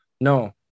No